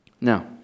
Now